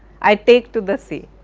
i take to the sea,